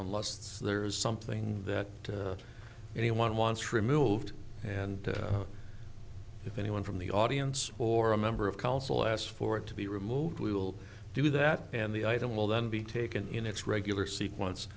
so there is something that anyone wants removed and if anyone from the audience or a member of council asks for it to be removed we will do that and the item will then be taken in its regular sequence